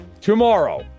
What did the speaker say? tomorrow